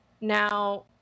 now